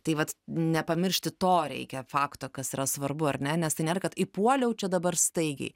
tai vat nepamiršti to reikia fakto kas yra svarbu ar ne nes tai nėra kad įpuoliau čia dabar staigiai